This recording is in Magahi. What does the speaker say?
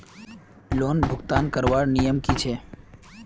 लोन भुगतान करवार नियम की छे?